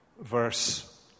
verse